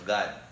God